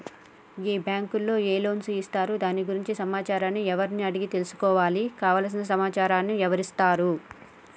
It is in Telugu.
ఈ బ్యాంకులో ఏ లోన్స్ ఇస్తారు దాని గురించి సమాచారాన్ని ఎవరిని అడిగి తెలుసుకోవాలి? కావలసిన సమాచారాన్ని ఎవరిస్తారు?